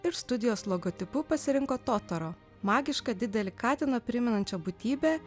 ir studijos logotipu pasirinko totoro magišką didelį katiną primenančią būtybę